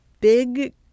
big